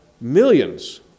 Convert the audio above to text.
millions